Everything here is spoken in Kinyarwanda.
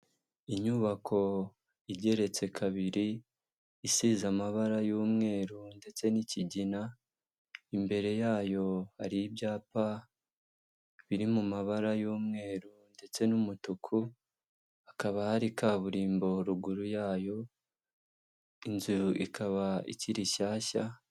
Inyubako igeretse kabiri, isize amabara y'umweru ndetse n'ikigina. Imbere yayo har'ibyapa biri mu mabara y'umweru ndetse n'umutuku, hakaba hari kaburimbo ruguru yayo, inzu ikaba ikiri shyashya.